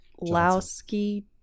Lowski